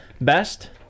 best